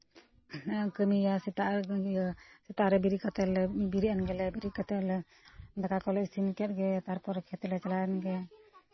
ᱠᱟᱹᱢᱤᱭᱟ ᱥᱮᱛᱟᱜ ᱨᱮ ᱤᱭᱟᱹ ᱥᱮᱛᱟᱜ ᱨᱮ ᱵᱮᱨᱮᱫ ᱠᱟᱛᱮᱜᱞᱮ ᱵᱮᱨᱮᱫ ᱮᱱᱜᱮ ᱵᱮᱨᱮᱫ ᱠᱟᱛᱮᱜ ᱞᱮ ᱫᱟᱠᱟ ᱠᱚᱞᱮ ᱤᱥᱤᱱ ᱠᱮᱜ ᱜᱮ ᱛᱟᱨᱯᱚᱨᱮ ᱠᱷᱮᱛᱞᱮ ᱪᱟᱞᱟᱣᱮᱱ ᱜᱮ